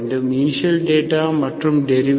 initial data மற்றும் derivative ∂u∂t|t0